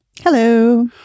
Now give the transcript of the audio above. Hello